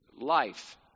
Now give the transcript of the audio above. life